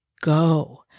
go